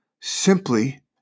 simply